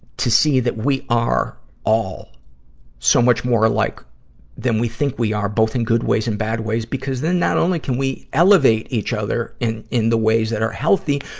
to see that we are all so much more alike like than we think we are both in good ways and bad ways. because, then not only can we elevate each other in, in the ways that are healthy,